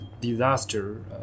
disaster